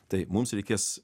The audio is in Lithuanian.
tai mums reikės